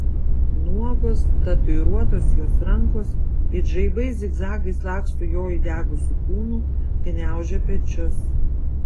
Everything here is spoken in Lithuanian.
nuogos tatuiruotos jos rankos it žaibai zigzagais laksto jo įdegusiu kūnu gniaužia pečius